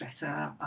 better